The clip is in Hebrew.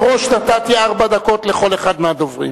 ומראש נתתי ארבע דקות לכל אחד מהדוברים.